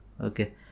Okay